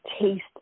taste